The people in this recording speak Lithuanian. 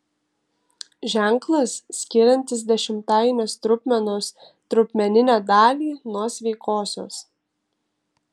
ženklas skiriantis dešimtainės trupmenos trupmeninę dalį nuo sveikosios